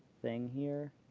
thing here.